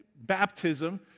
baptism